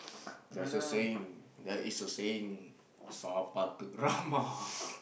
there is a saying there is a saying